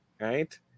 right